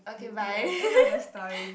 the end end of the story